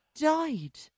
died